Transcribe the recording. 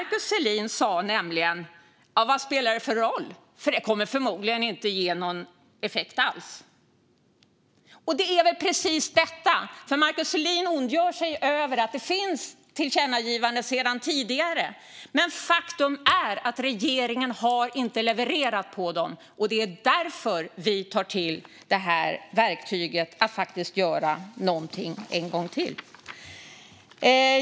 Markus Selin undrade nämligen vad det spelar för roll - det kommer ju förmodligen inte att ge någon effekt alls. Och det är väl precis detta som det handlar om: Markus Selin ondgör sig över att det finns tillkännagivanden sedan tidigare. Men faktum är att regeringen inte har levererat på dem, och det är därför som vi tar till det här verktyget en gång till.